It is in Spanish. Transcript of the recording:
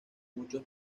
muchos